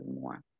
more